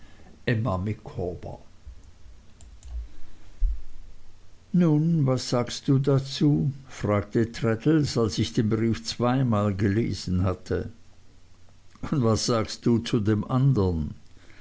emma micawber nun was sagst du dazu fragte traddles als ich den brief zweimal gelesen hatte und was sagst du zu dem andern